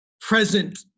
present